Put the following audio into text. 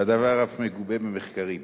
והדבר אף מגובה במחקרים.